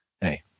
Hey